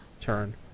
turn